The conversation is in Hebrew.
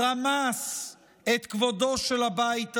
רמס את כבודו של הבית הזה,